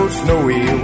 snowy